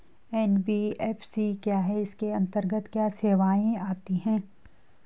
NBFC क्या है इसके अंतर्गत क्या क्या सेवाएँ आती हैं?